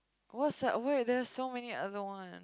what's that wait there are so many other one